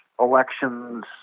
elections